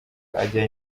ajya